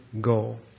goal